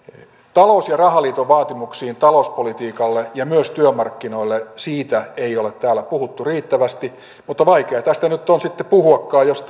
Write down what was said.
talous ja rahaliiton vaatimuksista talouspolitiikalle ja myös työmarkkinoille ei ole täällä puhuttu riittävästi mutta vaikea tästä nyt on sitten puhuakaan jos